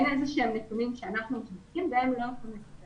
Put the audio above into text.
אין איזה שהם נתונים שאנחנו מוציאים והם לא יכולים לראות.